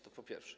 To po pierwsze.